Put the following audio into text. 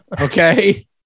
okay